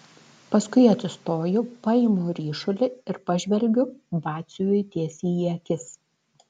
paskui atsistoju paimu ryšulį ir pažvelgiu batsiuviui tiesiai į akis